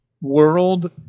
world